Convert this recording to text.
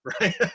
right